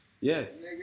Yes